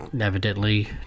evidently